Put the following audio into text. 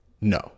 No